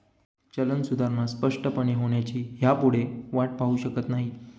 चलन सुधारणा स्पष्टपणे होण्याची ह्यापुढे वाट पाहु शकत नाही